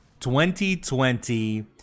2020